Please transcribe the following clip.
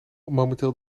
momenteel